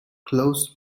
closed